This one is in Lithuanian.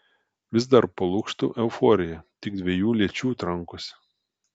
vis dar po lukštu euforija tik dviejų lyčių trankosi